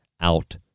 out